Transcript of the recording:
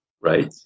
right